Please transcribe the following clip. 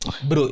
Bro